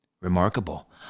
Remarkable